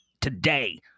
Today